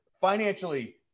financially